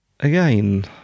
Again